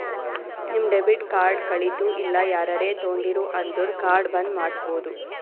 ನಿಮ್ debit card ಕಳಿತು ಇಲ್ಲ ಯಾರರೇ ತೊಂಡಿರು ಅಂದುರ್ ಕಾರ್ಡ್ ಬಂದ್ ಮಾಡ್ಸಬೋದು